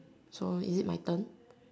so is it my turn